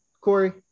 Corey